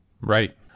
Right